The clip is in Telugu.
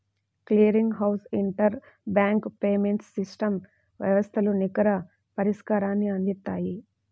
clearing house inter bank payments system వ్యవస్థలు నికర పరిష్కారాన్ని అందిత్తాయి